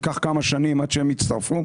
וייקח כמה שנים עד שהן יצטרפו.